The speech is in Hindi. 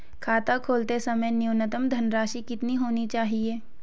खाता खोलते समय न्यूनतम धनराशि कितनी होनी चाहिए?